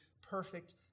perfect